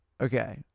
okay